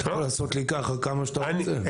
--- אתה יכול לעשות לי ככה כמה שאתה רוצה.